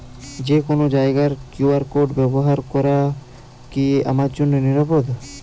যে কোনো জায়গার কিউ.আর কোড ব্যবহার করা কি আমার জন্য নিরাপদ?